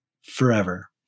forever